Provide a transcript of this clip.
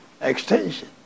extension